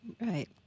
Right